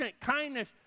kindness